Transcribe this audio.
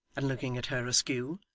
and looking at her askew.